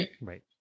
Right